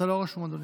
אתה לא רשום, אדוני.